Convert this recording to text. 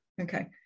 Okay